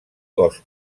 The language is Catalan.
cos